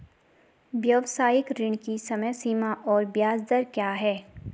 व्यावसायिक ऋण की समय सीमा और ब्याज दर क्या है?